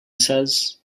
says